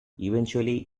eventually